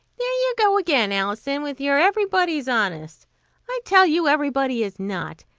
there you go again, alison, with your everybody's honest i tell you everybody is not.